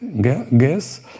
gas